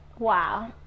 Wow